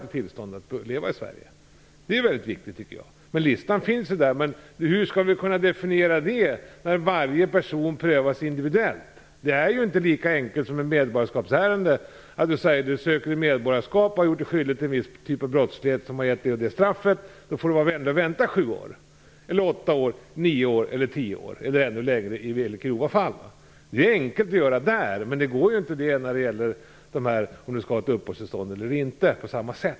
Det tycker jag är väldigt viktigt. Listan finns där, men hur skall det kunna definieras när varje person prövas individuellt? Det är ju inte lika enkelt som ett medborgarskapsärende - söker du medborgarskap och har gjort dig skyldig till viss typ av brottslighet som har gett ett visst straff, då får du vara vänlig och vänta sju, åtta, nio eller tio år, eller ännu längre i väldigt grova fall. Det är ju enkelt att göra där, men det går inte att göra på samma sätt när det gäller om du skall ha ett uppehållstillstånd eller inte.